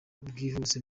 bwihuse